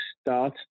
start